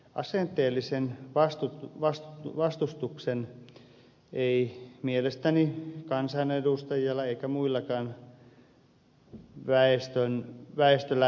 asenteelliseen vastustukseen ei mielestäni kansanedustajilla eikä muullakaan väestöllä veden äärellä ole nyt aihetta